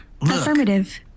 Affirmative